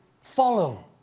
follow